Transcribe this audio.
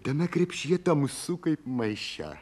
tame krepšyje tamsu kaip maiše